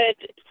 good